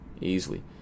easily